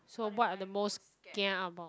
so what are the most kia about